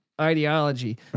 Ideology